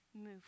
move